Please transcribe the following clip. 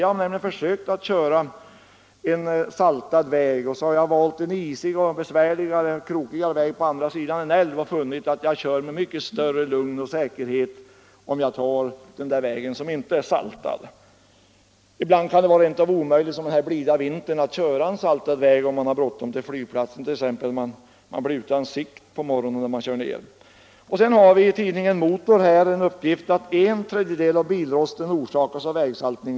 Jag har nämligen valt att köra först en saltad väg och sedan en isig och krokigare väg på andra sidan en älv. Då fann jag att jag kör med mycket större lugn och säkerhet om jag tar den väg som inte är saltad. En sådan här blid vinter kan det ibland vara omöjligt att köra en saltad väg om man t. ex har bråttom till flygplatsen. Man blir utan sikt på morgonen. I tidningen Motor finns en uppgift att en tredjedel av bilrosten förorsakas av vägsaltning.